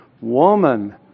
Woman